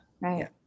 Right